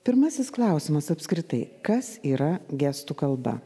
pirmasis klausimas apskritai kas yra gestų kalba